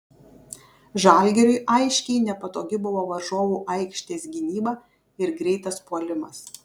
žalgiriui aiškiai nepatogi buvo varžovų aikštės gynyba ir greitas puolimas